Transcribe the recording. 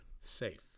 safe